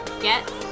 get